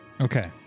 Okay